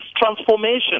transformation